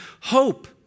hope